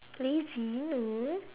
lazy no